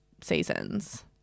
seasons